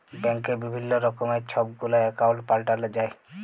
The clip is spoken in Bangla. ব্যাংকে বিভিল্ল্য রকমের ছব গুলা একাউল্ট পাল্টাল যায়